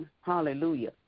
hallelujah